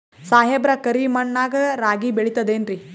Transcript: ಸಾಹೇಬ್ರ, ಕರಿ ಮಣ್ ನಾಗ ರಾಗಿ ಬೆಳಿತದೇನ್ರಿ?